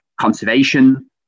conservation